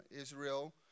Israel